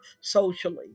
socially